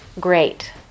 great